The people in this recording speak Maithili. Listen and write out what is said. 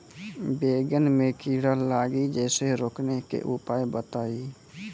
बैंगन मे कीड़ा लागि जैसे रोकने के उपाय बताइए?